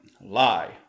lie